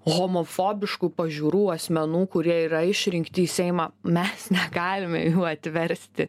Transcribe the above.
homofobiškų pažiūrų asmenų kurie yra išrinkti į seimą mes negalime jų atversti